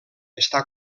està